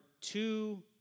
two